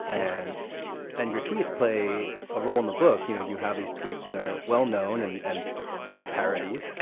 and and your tweets play a role in the book. you know you have these tweets that are well known and and well parodied